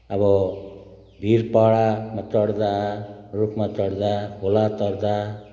अब भिरपहरामा चढ्दा रुखमा चढ्दा खोला तर्दा